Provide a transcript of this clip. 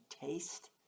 taste